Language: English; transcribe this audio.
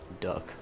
duck